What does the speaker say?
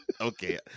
Okay